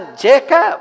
Jacob